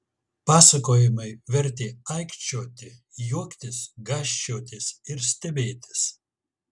pasakojimai vertė aikčioti juoktis gąsčiotis ir stebėtis